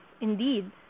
indeed